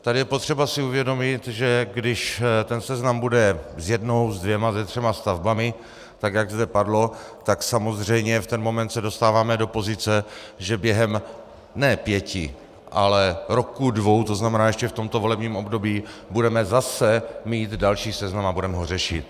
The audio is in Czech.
Tady je potřeba si uvědomit, že když ten seznam bude s jednou, se dvěma, se třemi stavbami, tak jak zde padlo, tak samozřejmě v ten moment se dostáváme do pozice, že během ne pěti, ale roků dvou, to znamená ještě v tomto volebním období, budeme zase mít další seznam a budeme ho řešit.